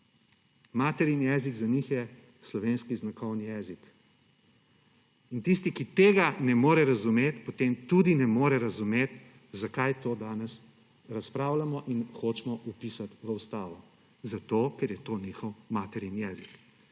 Materin jezik za njih je slovenski znakovni jezik. Tisti, ki tega ne more razumeti, potem tudi ne more razumeti, zakaj to danes razpravljamo in hočemo vpisati v ustavo. Zato, ker je to njihov materin jezik.